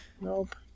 Nope